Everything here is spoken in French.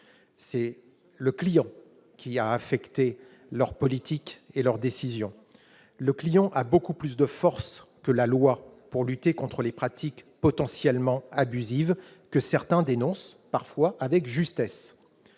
c'est le client qui a affecté leur politique et leur décision, le client a beaucoup plus de force que la loi pour lutter contre les pratiques potentiellement abusives que certains dénoncent parfois avec justesse,